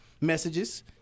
messages